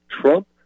Trump